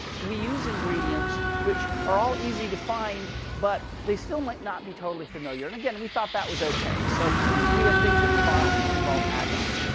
we use ingredients which are all easy to find. but they still might not be totally familiar. and again, we thought that was ok. so we have things that involve involve agar.